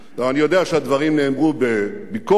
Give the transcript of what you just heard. לא, אני יודע שהדברים נאמרו בביקורת,